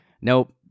nope